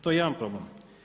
To je jedan problem.